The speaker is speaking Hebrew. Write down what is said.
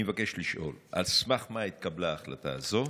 אני מבקש לשאול: 1. על סמך מה התקבלה החלטה זו?